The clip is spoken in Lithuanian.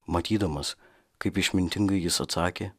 matydamas kaip išmintingai jis atsakė